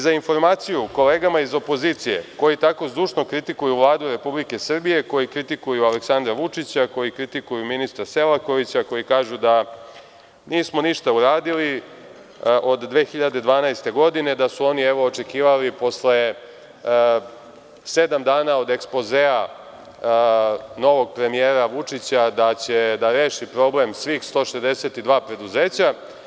Za informaciju kolegama iz opozicije koji tako zdušno kritikuju Vladu RS, koji kritikuju Aleksandra Vučića, koji kritikuju ministra Selakovića, koji kažu da nismo ništa uradili od 2012. godine, da su oni očekivali posle sedam dana od ekspozea novog premijera Vučića da će da reši problem svih 162 preduzeća.